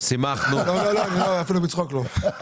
לא, לא, אפילו בצחוק לא.